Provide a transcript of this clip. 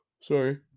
Sorry